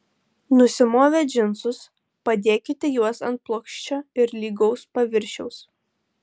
nusimovę džinsus padėkite juos ant plokščio ir lygaus paviršiaus